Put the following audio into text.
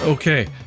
Okay